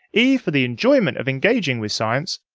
e for the enjoyment of engaging with science.